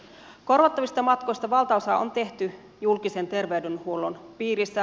korvattavista matkoista valtaosa on tehty julkisen terveydenhuollon piirissä